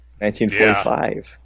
1945